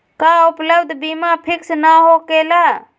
का उपलब्ध बीमा फिक्स न होकेला?